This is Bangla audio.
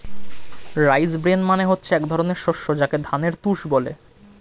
রাইস ব্রেন মানে হচ্ছে এক ধরনের শস্য যাকে ধানের তুষ বলে